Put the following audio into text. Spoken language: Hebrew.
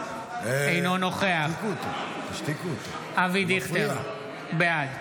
אינו נוכח אבי דיכטר, בעד